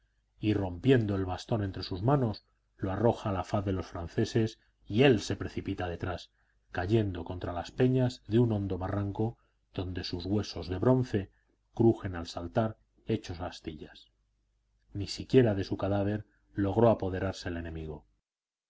y rompiendo el bastón entre sus manos lo arroja a la faz de los franceses y él se precipita detrás cayendo contra las peñas de un hondo barranco donde sus huesos de bronce crujen al saltar hechos astillas ni tan siquiera de su cadáver logró apoderarse el enemigo